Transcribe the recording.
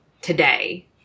today